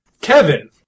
Kevin